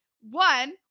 One